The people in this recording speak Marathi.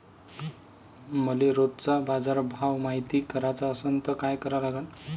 मले रोजचा बाजारभव मायती कराचा असन त काय करा लागन?